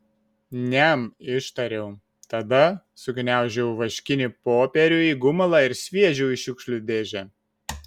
niam ištariau tada sugniaužiau vaškinį popierių į gumulą ir sviedžiau į šiukšlių dėžę